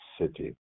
city